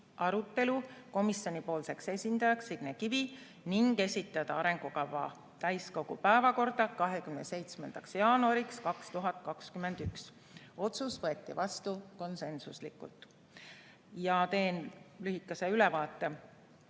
arutelu komisjonipoolseks esindajaks Signe Kivi ning esitada arengukava täiskogu päevakorda 27. jaanuariks 2021. Otsus võeti vastu konsensusega. Teen lühikese ülevaate